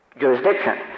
jurisdiction